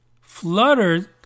fluttered